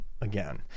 again